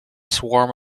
swarm